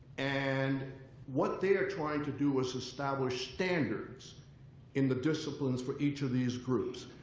and what they are trying to do is establish standards in the disciplines for each of these groups.